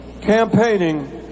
campaigning